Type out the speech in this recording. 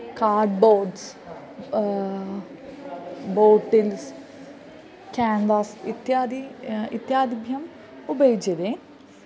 cardboards bottles canvas इत्यादि इत्यादिभ्याम् उपयुज्यन्ते